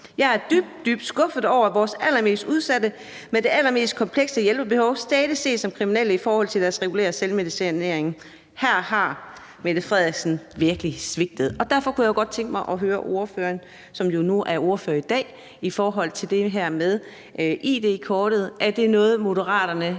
»Jeg er dybt, dybt skuffet over, at vores allermest udsatte med det allermest komplekse hjælpebehov stadig ses som kriminelle i forhold til deres regulære selvmedicinering. Her har Mette Frederiksen virkelig svigtet«.« Derfor kunne jeg godt tænke mig at høre ordføreren, som jo nu er ordfører i dag, om det her med id-kortet: Er det noget, Moderaterne